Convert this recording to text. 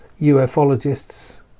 UFOlogists